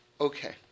Okay